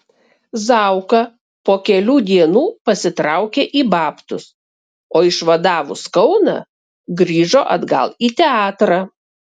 zauka po kelių dienų pasitraukė į babtus o išvadavus kauną grįžo atgal į teatrą